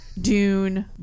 Dune